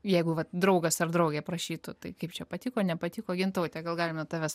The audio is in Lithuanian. jeigu vat draugas ar draugė prašytų tai kaip čia patiko nepatiko gintaute gal galima tavęs